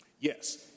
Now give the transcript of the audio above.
Yes